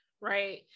right